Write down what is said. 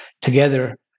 together